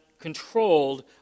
controlled